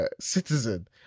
citizen